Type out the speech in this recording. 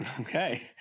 Okay